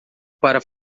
para